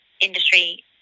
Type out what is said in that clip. industry